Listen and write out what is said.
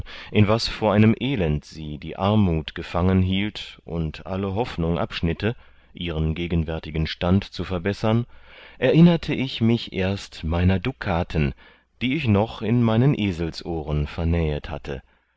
in was vor einem elend sie die armut gefangen hielt und alle hoffnung abschnitte ihren gegenwärtigen stand zu verbessern erinnerte ich mich erst meiner dukaten die ich noch in meinen eselsohren vernähet hatte